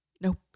Nope